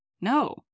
No